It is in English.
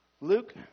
Luke